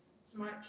smart